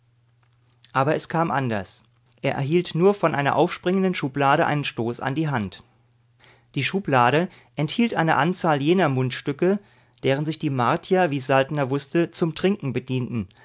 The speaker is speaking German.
aber es kam anders er erhielt nur von einer aufspringenden schublade einen stoß an die hand die schublade enthielt eine anzahl jener mundstücke deren sich die martier wie saltner wußte zum trinken